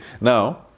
Now